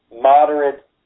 moderate